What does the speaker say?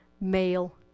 male